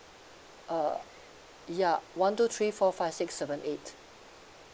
uh ya one two three four five six seven eight